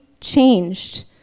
changed